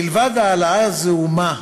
מלבד העלאה זעומה,